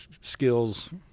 skills